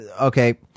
okay